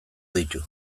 ditu